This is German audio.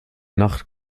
nacht